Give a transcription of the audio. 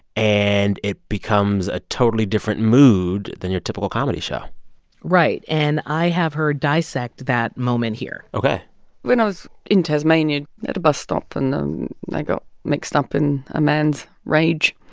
and it becomes a totally different mood than your typical comedy show right. and i have her dissect that moment here ok when i was in tasmania at a bus stop and i got mixed up in a man's rage,